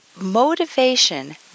motivation